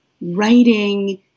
writing